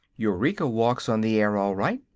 eureka walks on the air all right.